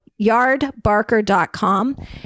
yardbarker.com